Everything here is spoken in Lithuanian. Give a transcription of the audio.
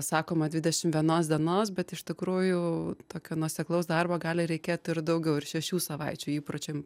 sakoma dvidešim vienos dienos bet iš tikrųjų tokio nuoseklaus darbo gali reikėti ir daugiau ir šešių savaičių įpročiam